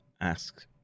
ask